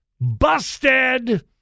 Busted